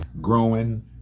Growing